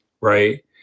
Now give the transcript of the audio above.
right